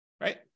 right